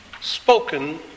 spoken